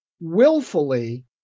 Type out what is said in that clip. willfully